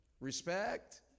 Respect